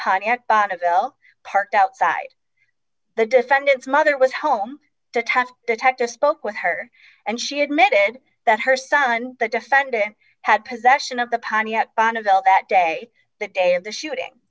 pontiac bonneville parked outside the defendant's mother was home to touch detector spoke with her and she admitted that her son the defendant had possession of the pontiac bonneville that day the day of the shooting